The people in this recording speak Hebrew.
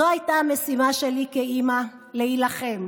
זאת הייתה המשימה שלי כאימא, להילחם.